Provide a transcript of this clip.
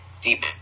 deep